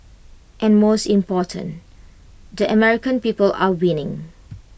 and most important the American people are winning